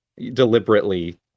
deliberately